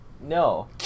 No